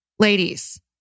Ladies